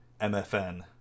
MFN